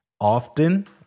often